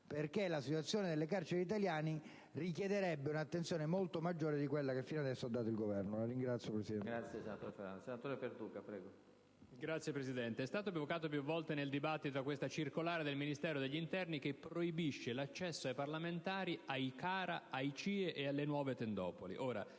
quanto la situazione delle carceri italiane richiederebbe un'attenzione maggiore di quella che fino ad ora ha prestato il Governo.